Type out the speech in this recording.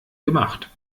gemacht